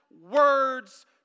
words